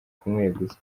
kumweguza